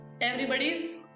everybody's